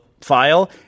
file